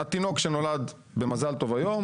התינוק שנולד במזל טוב היום,